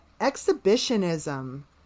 exhibitionism